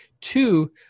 Two